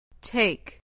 take